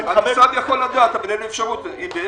המשרד יכול לדעת אבל הוא לא יכול להפעיל סנקציות.